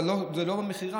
אבל זה לא במכירה,